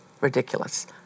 Ridiculous